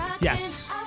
Yes